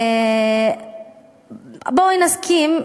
בואי נסכים,